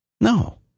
No